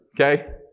Okay